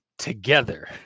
together